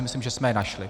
Myslím, že jsme je našli.